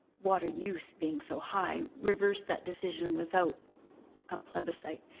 water use being so high, reversed that decision without a plebiscite.